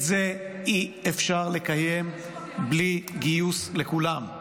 את זה אי-אפשר לקיים בלי גיוס לכולם.